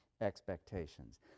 expectations